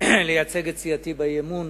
לייצג את סיעתי באי-אמון.